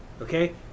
okay